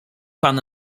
pan